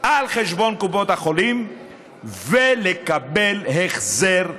על חשבון קופות החולים ולקבל החזר מלא.